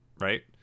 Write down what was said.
Right